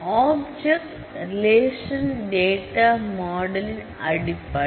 offset relation data model அடிப்படை